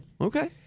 Okay